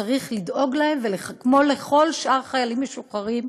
וצריך לדאוג להם כמו לכל שאר החיילים המשוחררים,